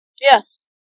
yes